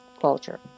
culture